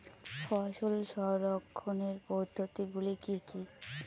ফসল সংরক্ষণের পদ্ধতিগুলি কি কি?